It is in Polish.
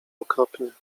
okropnie